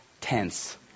tense